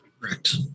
Correct